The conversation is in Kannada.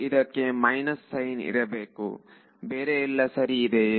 ಸರಿ ಇದಕ್ಕೆ ಮೈನಸ್ ಸೈನ್ ಇರಬೇಕು ಬೇರೆ ಇಲ್ಲ ಸರಿ ಇದೆಯೇ